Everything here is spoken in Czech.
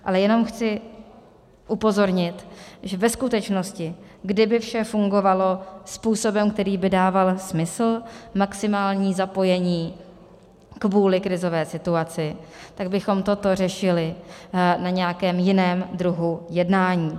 Ale jenom chci upozornit, že ve skutečnosti, kdyby vše fungovalo způsobem, který by dával smysl, maximální zapojení kvůli krizové situaci, tak bychom toto řešili na nějakém jiném druhu jednání.